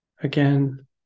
again